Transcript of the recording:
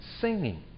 singing